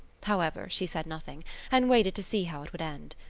however, she said nothing and waited to see how it would end.